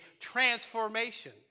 transformation